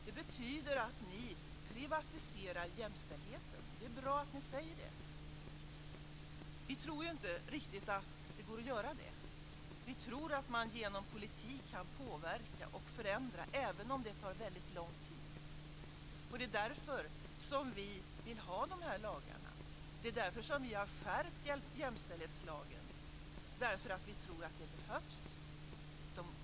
Det betyder att ni privatiserar jämställdheten, och det är bra att ni säger det. Vi tror inte att det går att göra det. Vi tror att man genom politik kan påverka och förändra även om det tar väldigt lång tid. Det är därför som vi vill ha dessa lagar, och det är därför som vi har skärpt jämställdhetslagen. Vi tror att det behövs.